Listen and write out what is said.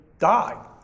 die